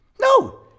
No